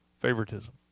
favoritism